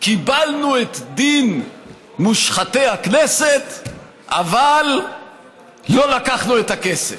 קיבלנו את דין מושחתי הכנסת אבל לא לקחנו את הכסף,